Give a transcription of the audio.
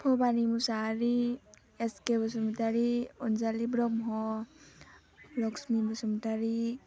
Bhabani Mushahary SK Basumatary Anjali Brahma Lakshmi Basumatary